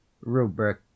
Rubric